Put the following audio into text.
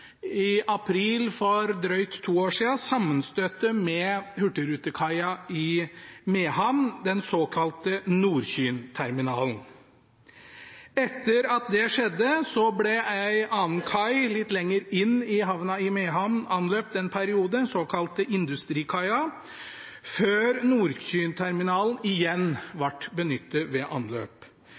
i april – for drøyt to år siden – sammenstøtte med hurtigrutekaia i Mehamn, den såkalte Nordkynterminalen. Etter at det skjedde ble en annen kai litt lenger inn i havna i Mehamn, den såkalte Industrikaia, anløpt en periode, før Nordkynterminalen igjen ble benyttet ved anløp.